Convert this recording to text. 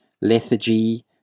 lethargy